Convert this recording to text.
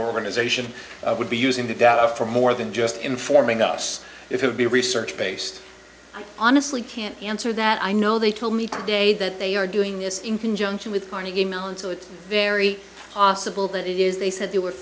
organization would be using the data for more than just informing us it would be research based honestly can't answer that i know they told me today that they are doing this in conjunction with carnegie mellon so it's very possible that it is they said they were